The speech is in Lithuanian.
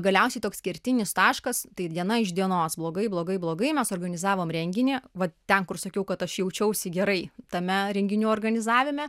galiausiai toks kertinis taškas tai diena iš dienos blogai blogai blogai mes organizavom renginį va ten kur sakiau kad aš jaučiausi gerai tame renginių organizavime